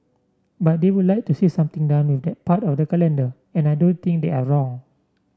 but they would like to see something done with that part of the calendar and I don't think they're wrong